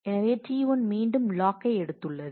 எனவே T1 மீண்டும் லாக்கை எடுத்துள்ளது